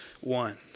one